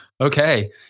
okay